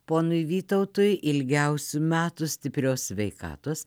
ponui vytautui ilgiausių metų stiprios sveikatos